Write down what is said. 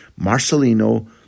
Marcelino